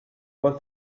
was